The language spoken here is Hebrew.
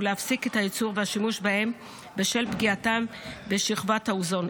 ולהפסיק את הייצור והשימוש בהם בשל פגיעתם בשכבת האוזון.